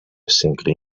single